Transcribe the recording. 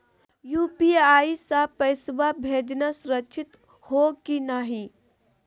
UPI स पैसवा भेजना सुरक्षित हो की नाहीं?